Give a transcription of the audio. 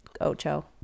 Ocho